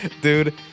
Dude